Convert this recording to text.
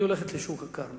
היא הולכת לשוק הכרמל,